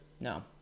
No